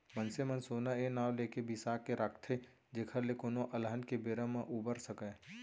मनसे मन सोना ए नांव लेके बिसा के राखथे जेखर ले कोनो अलहन के बेरा ले उबर सकय